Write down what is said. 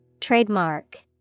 Trademark